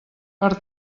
per